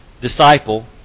disciple